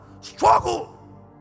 struggle